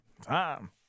time